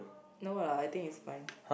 no lah I think it's fine